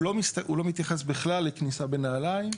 הוא לא מתייחס בכלל לכניסה בנעליים.